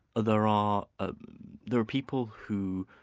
ah there ah ah there are people who